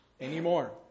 anymore